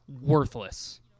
worthless